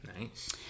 Nice